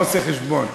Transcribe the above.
לא עושה חשבון.